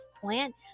plant